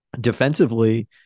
defensively